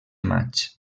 maig